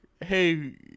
Hey